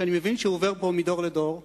שאני מבין שהוא עובר פה מדור לדור בירושה,